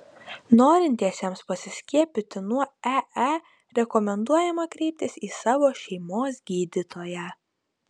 norintiesiems pasiskiepyti nuo ee rekomenduojama kreiptis į savo šeimos gydytoją